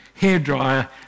hairdryer